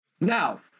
Now